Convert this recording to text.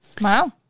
Wow